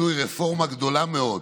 רפורמה גדולה מאוד